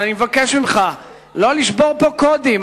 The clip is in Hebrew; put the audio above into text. אבל אני מבקש ממך לא לשבור פה קודים.